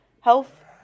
health